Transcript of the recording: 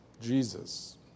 Jesus